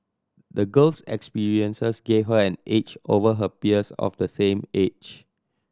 the girl's experiences gave her an edge over her peers of the same age